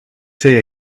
say